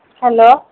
hello